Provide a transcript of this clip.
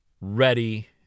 ready